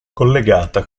collegata